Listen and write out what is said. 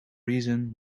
reason